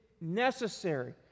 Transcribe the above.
necessary